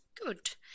good